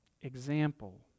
example